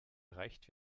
erreicht